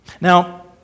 Now